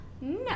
No